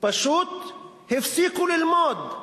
פשוט הפסיקו ללמוד.